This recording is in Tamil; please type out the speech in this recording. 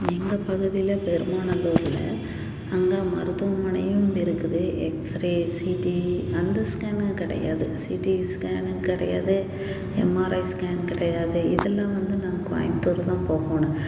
எங்கள் பகுதியில் பெருமாநல்லூர்ல அங்க மருத்துவமனையும் இருக்குது எக்ஸ்ரே சிடி அந்த ஸ்கேனும் கிடையாது சிடி ஸ்கேனும் கிடையாது எம்ஆர்ஐ ஸ்கேன் கிடையாது இதெலாம் வந்து நாங்கள் கோயம்புத்தூர் தான் போகணும்